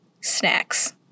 Snacks